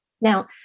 Now